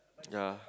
ya